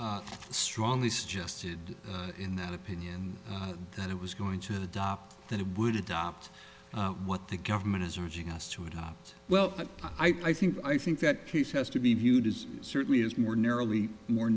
and strongly suggested in that opinion that it was going to adopt that it would adopt what the government is urging us to adopt well but i think i think that case has to be viewed as it certainly is more narrowly more